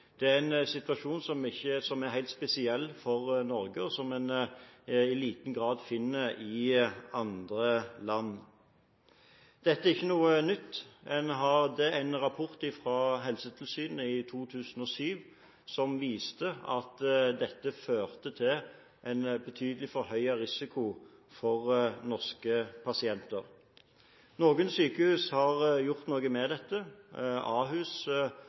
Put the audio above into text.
Det er en situasjon som er helt spesiell for Norge, og som man i liten grad finner i andre land. Dette er ikke noe nytt. En rapport fra Helsetilsynet fra 2007 viste at dette førte til en betydelig forhøyet risiko for norske pasienter. Noen sykehus har gjort noe med dette. Ahus